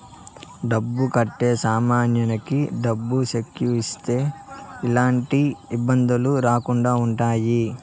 డబ్బు కట్టే సమయానికి డబ్బు సెక్కు ఇస్తే ఎలాంటి ఇబ్బందులు రాకుండా ఉంటాయి